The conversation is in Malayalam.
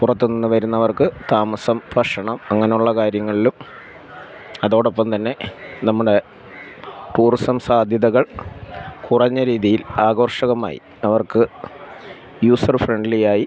പുറത്തുനിന്നു വരുന്നവർക്ക് താമസം ഭക്ഷണം അങ്ങനെയുള്ള കാര്യങ്ങളിലും അതോടൊപ്പം തന്നെ നമ്മുടെ ടൂറിസം സാദ്ധ്യതകൾ കുറഞ്ഞ രീതിയിൽ ആഘോഷകമായി അവർക്ക് യൂസർ ഫ്രണ്ട്ലിയായി